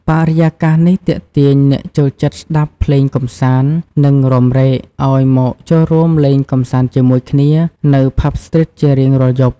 បរិយាកាសនេះទាក់ទាញអ្នកចូលចិត្តស្តាប់ភ្លេងកម្សាន្ត និងរាំរែក ឲ្យមកចូលរួមលេងកម្សាន្តជាមួយគ្នានៅ ផាប់ស្ទ្រីតជារៀងរាល់យប់។